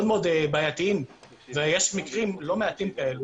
מאוד בעייתיים ויש מקרים לא מעטים כאלה,